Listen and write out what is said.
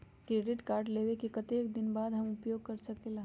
Credit card लेबे के कतेक दिन बाद हम उपयोग कर सकेला?